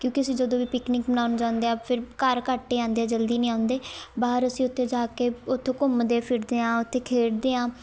ਕਿਉਂਕਿ ਅਸੀਂ ਜਦੋਂ ਵੀ ਪਿਕਨਿਕ ਮਨਾਉਣ ਜਾਂਦੇ ਹਾਂ ਫਿਰ ਘਰ ਘੱਟ ਏ ਆਉਂਦੇ ਹਾਂ ਜਲਦੀ ਨਹੀਂ ਆਉਂਦੇ ਬਾਹਰ ਅਸੀਂ ਉੱਥੇ ਜਾ ਕੇ ਉੱਥੇ ਘੁੰਮਦੇ ਫਿਰਦੇ ਹਾਂ ਉੱਥੇ ਖੇਡਦੇ ਹਾਂ